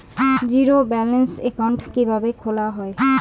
Zero balance account কিভাবে খোলা হয়?